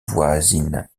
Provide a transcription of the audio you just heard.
voisine